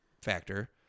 factor